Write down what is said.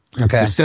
Okay